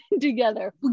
together